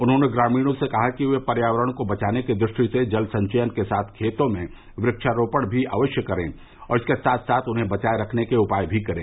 उन्होंने ग्रामीणों से कहा कि वे पर्यावरण को बचने की दृष्टि से जल संचयन के साथ खेतों में वक्षारोपण भी अवश्य करें और इसके साथ साथ उन्हें बचाये रखने के उपाय भी करें